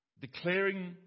declaring